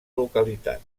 localitat